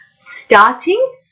starting